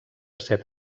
set